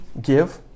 give